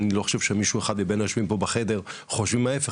אני לא חושב שמישהו אחד מבין היושבים פה בחדר חושבים ההפך.